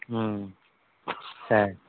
సరే